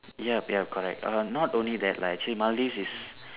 yup yup correct err not only that lah actually Maldives is